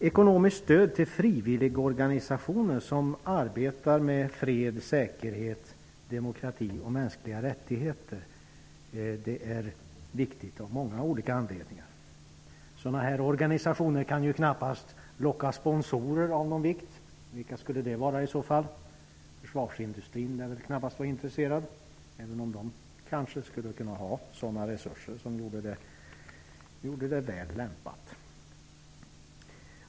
Ekonomiskt stöd till frivilligorganisationer som arbetar med fred, säkerhet, demokrati och mänskliga rättigheter är viktigt av många olika anledningar. Sådana här organisationer kan knappast locka sponsorer av någon vikt. Vilka skulle det i så fall vara? Försvarsindustrin lär knappast vara intresserad, även om den har tillräckliga resurser.